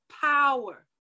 power